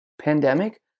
pandemic